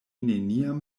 neniam